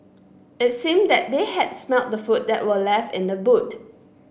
it seemed that they had smelt the food that were left in the boot